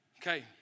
Okay